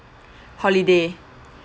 holiday